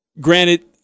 Granted